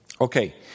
Okay